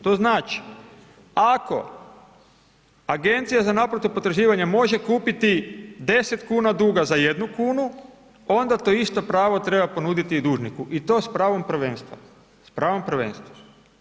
To znači ako agencija za naplatu potraživanja može kupiti 10 kuna duga za jednu kunu onda to isto pravo treba ponuditi dužniku i to s pravom prvenstva, s pravom prvenstva.